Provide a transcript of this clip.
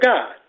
God